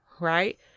right